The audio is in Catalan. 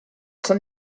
sant